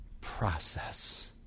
process